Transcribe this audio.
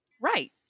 right